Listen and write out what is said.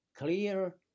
clear